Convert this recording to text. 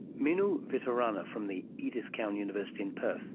meenu vitarana from the edith cowan university in perth